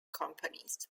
companies